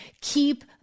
Keep